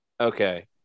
okay